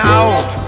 out